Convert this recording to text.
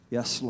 Yes